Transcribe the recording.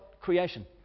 creation